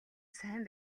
сайн